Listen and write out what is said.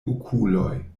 okuloj